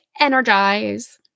energize